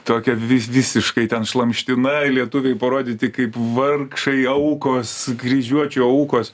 tokia vis visiškai ten šlamština i lietuviai parodyti kaip vargšai aukos kryžiuočių aukos